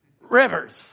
rivers